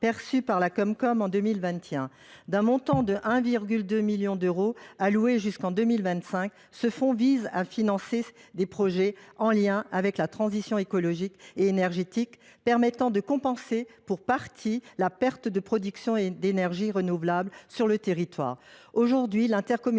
perçue en 2021. D’un montant de 1,2 million d’euros, alloué jusqu’en 2025, ce fonds vise à financer des projets en lien avec la transition écologique et énergétique, permettant de compenser pour partie la perte de production d’énergie renouvelable sur le territoire.